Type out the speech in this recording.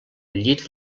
llit